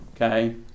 Okay